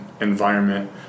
Environment